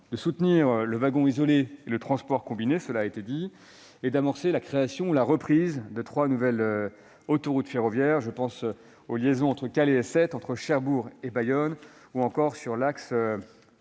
de soutenir le wagon isolé et le transport combiné, et d'amorcer la création ou la reprise de trois nouvelles autoroutes ferroviaires. Je pense aux liaisons entre Calais et Sète, entre Cherbourg et Bayonne, ou encore à l'axe